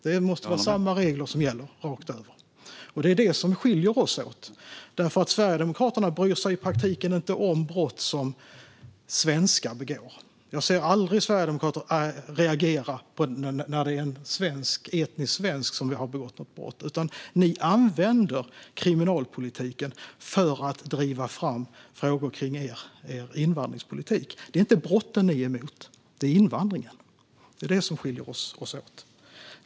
Det måste vara samma regler som gäller rakt av. Här skiljer vi oss åt, för Sverigedemokraterna bryr sig i praktiken inte om brott som svenskar begår. Jag ser aldrig sverigedemokrater reagera när det är en etnisk svensk som har begått ett brott, utan ni använder kriminalpolitiken för att driva fram frågor i er invandringspolitik. Det är inte brotten ni är emot, utan det är invandringen. Det är det som skiljer oss åt.